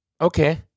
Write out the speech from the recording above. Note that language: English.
okay